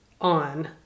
on